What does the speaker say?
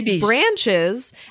branches